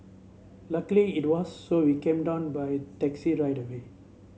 luckily it was so we came down by taxi right away